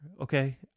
Okay